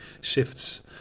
shifts